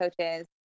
coaches